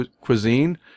cuisine